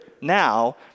now